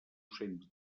cents